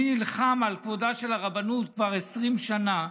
אני נלחם על כבודה של הרבנות כבר 20 שנה,